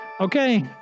okay